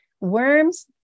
worms